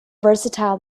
versatile